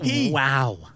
Wow